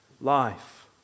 life